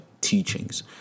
teachings